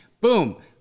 boom